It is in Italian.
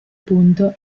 punto